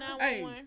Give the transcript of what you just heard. Hey